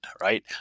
right